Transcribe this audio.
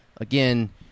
again